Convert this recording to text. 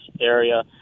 area